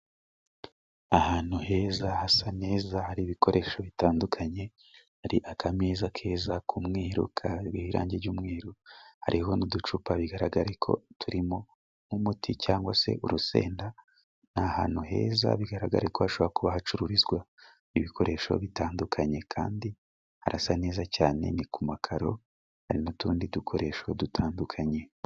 Ahantu heza hasa neza hari ibikoresho bitandukanye, hari akameza keza k'umweru kariho irangi ry'umweru, hariho n'uducupa bigaragare ko turimo nk'umuti cyangwa se urusenda, ni ahantu heza bigaragare ko hashobora kuba hacururizwa ibikoresho bitandukanye, kandi harasa neza cyane ni ku makaro hari n'utundi dukoresho dutandukanye.